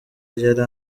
yari